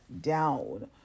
down